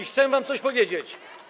Chcę wam coś powiedzieć.